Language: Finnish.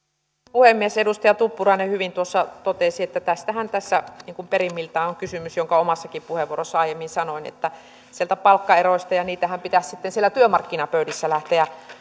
puhemies edustaja tuppurainen hyvin tuossa totesi että tästähän tässä on perimmiltään on kysymys minkä omassakin puheenvuorossani aiemmin sanoin palkkaeroista niitähän pitäisi siellä työmarkkinapöydissä lähteä